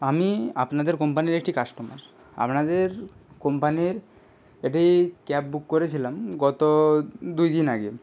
আমি আপনাদের কোম্পানির একটি কাস্টমার আপনাদের কোম্পানির একটি ক্যাব বুক করেছিলাম গত দুইদিন আগে